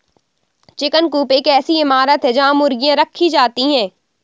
chicken coop एक ऐसी इमारत है जहां मुर्गियां रखी जाती हैं